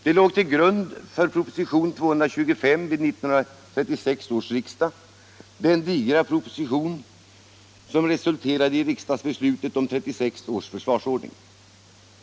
De låg till grund för proposition nr 225 vid 1936 års riksdag — den digra proposition som resulterade i riksdagsbeslutet om 1936 års försvarsordning.